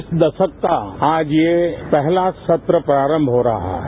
इस दशक का आज ये पहला सत्र प्रारंभ हो रहा है